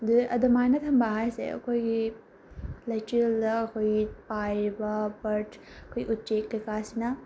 ꯑꯗꯨꯃꯥꯏꯅ ꯊꯝꯕ ꯍꯥꯏꯁꯦ ꯑꯩꯈꯣꯏꯒꯤ ꯂꯩꯆꯤꯜꯗ ꯑꯩꯈꯣꯏꯒꯤ ꯄꯥꯏꯔꯤꯕ ꯕ꯭ꯔꯠ ꯑꯩꯈꯣꯏ ꯎꯆꯦꯛ ꯀꯩꯀꯥꯁꯤꯅ